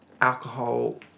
alcohol